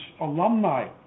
alumni